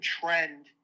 trend